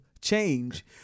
change